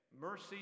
mercy